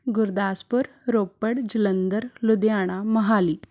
Gurdaspur Ropar Jalandhar Ludhiana Mohali